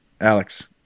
Alex